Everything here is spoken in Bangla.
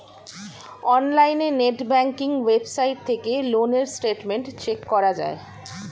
অনলাইনে নেট ব্যাঙ্কিং ওয়েবসাইট থেকে লোন এর স্টেটমেন্ট চেক করা যায়